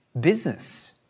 business